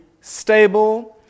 stable